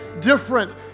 different